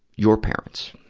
your parents.